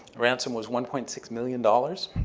ransom was one point six million dollars.